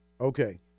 Okay